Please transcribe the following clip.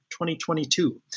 2022